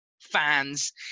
fans